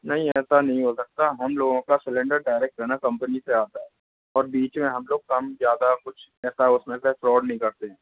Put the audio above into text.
नहीं ऐसा नहीं हो सकता हम लोगों का सिलेंडर डायरेक्ट है न कंपनी से आता है और बीच में हम लोग कम ज़्यादा कुछ ऐसा उसमें से फ्रॉड नहीं करते